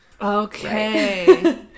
Okay